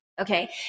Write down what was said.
Okay